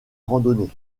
randonnée